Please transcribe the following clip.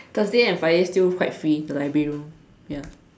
Thursday and Friday still quite free the library room ya